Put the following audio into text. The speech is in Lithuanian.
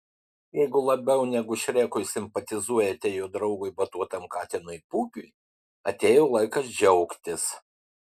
jeigu labiau negu šrekui simpatizuojate jo draugui batuotam katinui pūkiui atėjo laikas džiaugtis